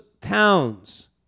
towns